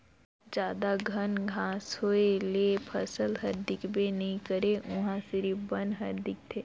जादा घन घांस होए ले फसल हर दिखबे नइ करे उहां सिरिफ बन हर दिखथे